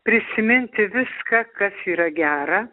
prisiminti viską kas yra gera